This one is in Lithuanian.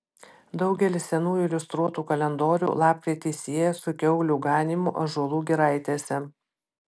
daugelis senųjų iliustruotų kalendorių lapkritį sieja su kiaulių ganymu ąžuolų giraitėse